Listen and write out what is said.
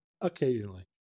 occasionally